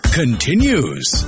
continues